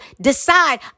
decide